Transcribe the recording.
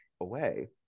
away